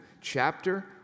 chapter